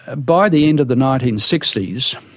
ah by the end of the nineteen sixty s,